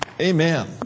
Amen